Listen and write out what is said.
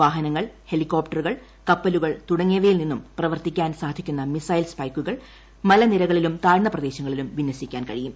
വാഹനങ്ങൾ ഹെലികോപ്റ്ററുകൾ കപ്പലുകൾ തുടങ്ങിയവയിൽ നിന്നും പ്രവർത്തിപ്പിക്കാൻ സാധിക്കുന്ന മിസൈൽ സ്പൈക്കുകൾ മലനിരകളിലും താഴ്ന്ന പ്രദേശങ്ങളിലും വിന്യസിക്കാൻ കഴിയും